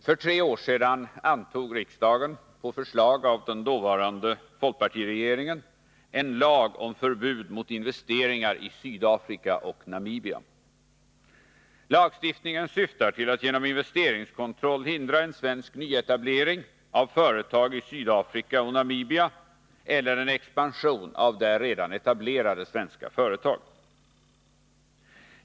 För tre år sedan antog riksdagen på förslag av dåvarande folkpartiregeringen en lag om förbud mot investeringar i Sydafrika och Namibia. Lagstiftningen syftar till att genom investeringskontroll hindra en svensk nyetablering av företag i Sydafrika och Namibia eller en expansion av där redan etablerade svenska företag.